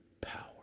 power